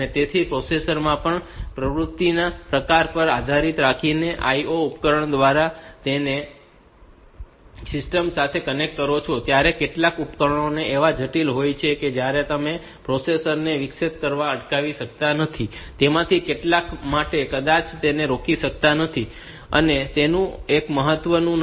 તેથી તે રીતે પ્રોસેસર માં પણ પ્રવૃત્તિના પ્રકાર પર આધાર રાખીને IO ઉપકરણોના પ્રકાર કે જેને તમે સિસ્ટમ સાથે કનેક્ટ કરો છો ત્યારે કેટલાક ઉપકરણો એટલા જટિલ હોય છે કે આપણે તેમને પ્રોસેસર ને વિક્ષેપિત કરતા અટકાવી શકતા નથી અને તેમાંથી કેટલાક માટે આપણે કદાચ તેને રોકી શકતા નથી અને તેનું એટલું મહત્વ નથી